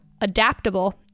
adaptable